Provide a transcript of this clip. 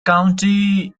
county